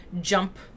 jump